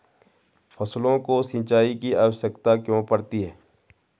फसलों को सिंचाई की आवश्यकता क्यों पड़ती है?